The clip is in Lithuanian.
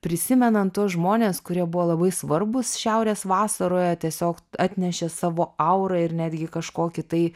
prisimenan tuos žmones kurie buvo labai svarbūs šiaurės vasaroje tiesiog atnešė savo aurą ir netgi kažkokį tai